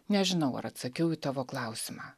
nežinau ar atsakiau į tavo klausimą